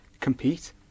compete